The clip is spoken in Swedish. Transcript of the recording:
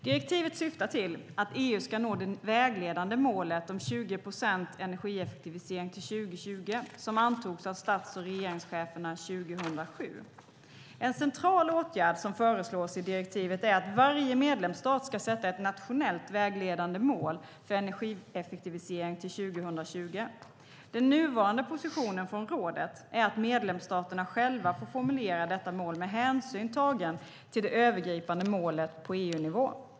Direktivet syftar till att EU ska nå det vägledande målet om 20 procent energieffektivisering till 2020 som antogs av stats och regeringscheferna 2007. En central åtgärd som föreslås i direktivet är att varje medlemsstat ska sätta ett nationellt, vägledande mål för energieffektivisering till 2020. Den nuvarande positionen från rådet är att medlemsstaterna själva får formulera detta mål med hänsyn tagen till det övergripande målet på EU-nivå.